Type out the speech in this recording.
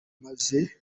maze